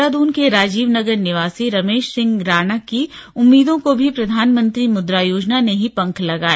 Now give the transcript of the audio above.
देहरादून के राजीव नगर निवासी रमेश सिंह राणा की उम्मीदों को भी प्रधानमंत्री मुद्रा योजना ने ही पंख लगाए